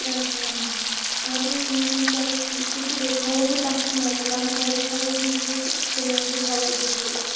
ترٛیٚن ترامٮ۪ن ہُنٛد اَدٕ کیٚنہہ چھِنہٕ چلو ٹھیٖک چھِ تہٕ بیٚیہِ تھاوَو بہٕ تاشہٕ نارِ کَنٛدکَرِ تھاوَو بہٕ زٕ تہِ پٔلین تہِ تھاوَو بہٕ زٕ